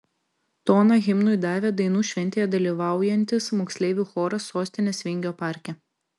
toną himnui davė dainų šventėje dalyvaujantis moksleivių choras sostinės vingio parke